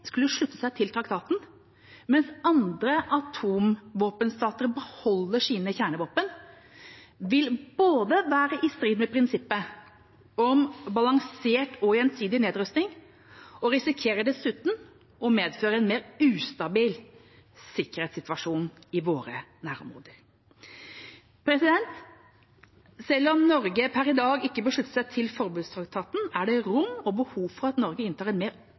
skulle slutte seg til traktaten mens andre atomvåpenstater beholder sine kjernevåpen, vil både være i strid med prinsippet om balansert og gjensidig nedrustning og dessuten medføre en risiko for en mer ustabil sikkerhetssituasjon i våre nærområder. Selv om Norge per i dag ikke bør slutte seg til Forbudstraktaten, er det rom og behov for at Norge inntar en mer